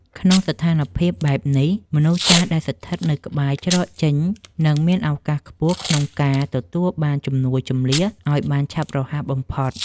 ក្នុងស្ថានភាពបែបនេះ មនុស្សចាស់ដែលស្ថិតនៅក្បែរច្រកចេញ នឹងមានឱកាសខ្ពស់ក្នុងការទទួលបានជំនួយជម្លៀសឱ្យបានឆាប់រហ័សបំផុត។